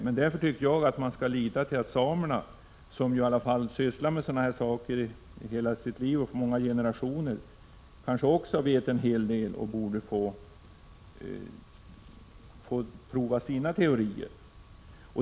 Men samerna, som har sysslat med rennäring under hela sitt liv — så har varit fallet under många generationer — kanske också vet en hel del och borde få pröva sina teorier.